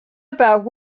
about